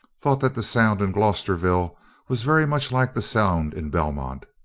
thought that the sound in glosterville was very much like the sound in belmont.